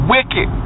Wicked